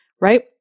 right